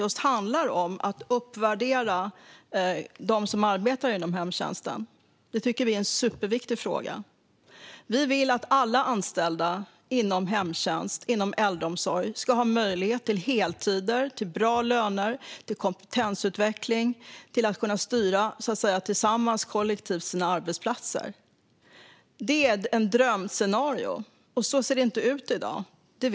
Det handlar om att uppvärdera dem som arbetar inom hemtjänsten, vilket vi tycker är en superviktig fråga. Vi vill att alla anställda inom hemtjänst och äldreomsorg ska ha möjlighet till heltider, bra löner, kompetensutveckling och att tillsammans - kollektivt - kunna styra sina arbetsplatser. Det är ett drömscenario, men vi vet att det inte ser ut så i dag.